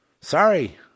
Sorry